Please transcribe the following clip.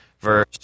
verse